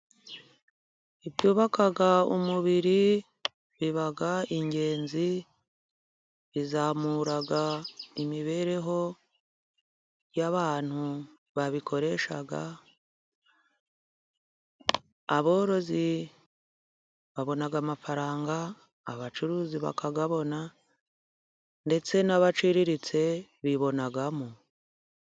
Ibyubaka umubiri biba ingenzi, bizamura imibereho y'abantu babikoresha , aborozi babona amafaranga , abacuruzi bakayabona , ndetse n'abaciriritse bibonamo.